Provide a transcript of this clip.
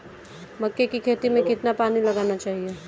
मक्के की खेती में कितना पानी लगाना चाहिए?